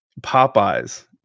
popeyes